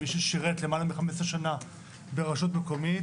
מי ששירת למעלה מ-15 שנה ברשות מקומית